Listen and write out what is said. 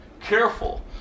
Careful